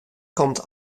komt